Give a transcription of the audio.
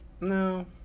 No